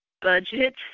budget